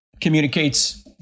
communicates